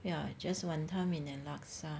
yeah just wan ton mee and laksa